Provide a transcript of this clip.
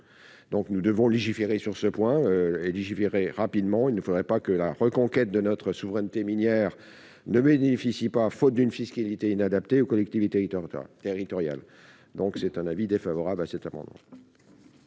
Nous devons donc légiférer sur ce point et rapidement. Il ne faudrait pas que la reconquête de notre souveraineté minière ne bénéficie pas, faute d'une fiscalité inadaptée, aux collectivités territoriales. La commission a donc émis un avis défavorable sur cet amendement.